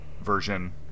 version